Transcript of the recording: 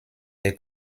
der